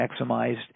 maximized